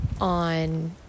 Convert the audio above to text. on